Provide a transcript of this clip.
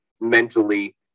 mentally